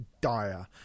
dire